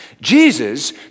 Jesus